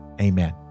amen